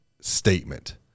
statement